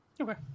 Okay